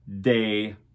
day